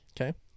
Okay